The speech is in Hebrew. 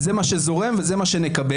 זה מה שזורם וזה מה נקבל.